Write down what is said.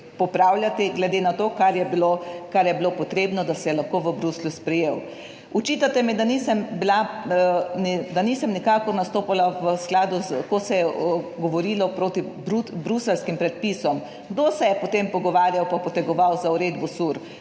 popravljati glede na to, kar je bilo potrebno, da se je lahko v Bruslju sprejel. Očitate mi, da nisem nikakor nastopala v skladu s, ko se je govorilo proti bruseljskim predpisom. Kdo se je potem pogovarjal pa potegoval za uredbo